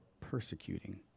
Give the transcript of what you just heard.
persecuting